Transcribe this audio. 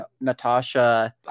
natasha